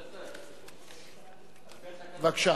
תודה.